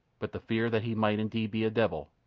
but the fear that he might indeed be a devil,